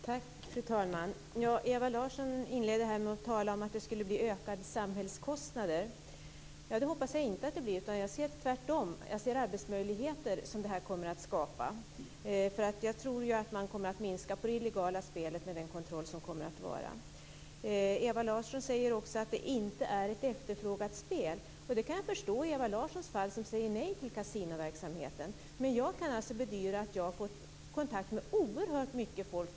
Fru talman! Ewa Larsson inledde med att tala om att det skulle bli ökade samhällskostnader. Det hoppas jag att det inte blir. Jag ser tvärtom arbetstillfällen som detta kommer att skapa och tror att det illegala spelet kommer att minska med den kontroll som kommer att vara. Ewa Larsson säger också att det inte är ett efterfrågat spel. Det kan jag förstå, eftersom Ewa Larsson säger nej till kasinoverksamheten. Men jag kan alltså bedyra att jag har haft kontakt med oerhört mycket folk.